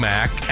Mac